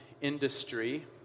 industry